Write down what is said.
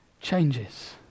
changes